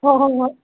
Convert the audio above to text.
ꯍꯣꯏ ꯍꯣꯏ ꯍꯣꯏ